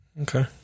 Okay